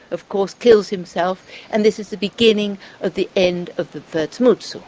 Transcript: of course kills himself and this is the beginning of the end of the first muzo.